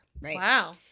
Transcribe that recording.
Wow